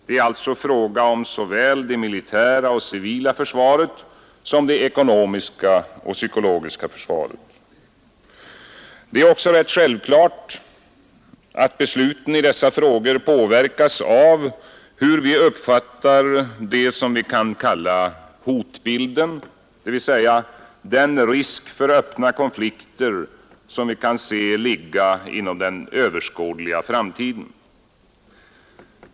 Det är alltså en fråga om såväl det militära och civila försvaret som det ekonomiska och psykologiska försvaret. Det är också rätt självklart att besluten i dessa frågor påverkas av hur vi uppfattar det som vi kan kalla hotbilden, dvs. den risk för öppna konflikter som vi kan se ligga inom den överskådliga framtiden.